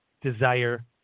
desire